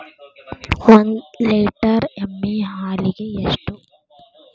ಒಂದು ಲೇಟರ್ ಎಮ್ಮಿ ಹಾಲಿಗೆ ಎಷ್ಟು?